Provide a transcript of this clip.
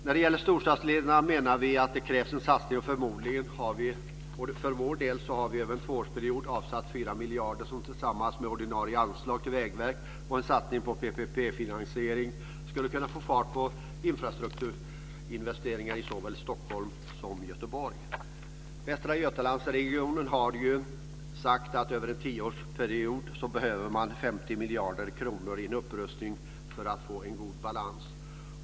När det gäller storstadslederna menar vi att det krävs en satsning. Vi har för vår del avsatt 4 miljarder över en tvåårsperiod som tillsammans med ordinarie anslag till vägverk och en satsning på PPP finansiering skulle kunna få fart på infrastrukturinvesteringar i såväl Stockholm som Göteborg. Från Västra Götalandsregionen har man sagt att man över en tioårsperiod behöver 50 miljarder kronor för en upprustning och för att få en god balans.